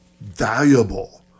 valuable